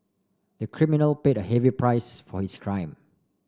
the criminal paid a heavy price for his crime